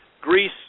Greece